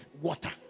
water